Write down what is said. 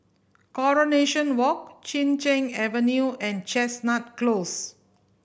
Coronation Walk Chin Cheng Avenue and Chestnut Close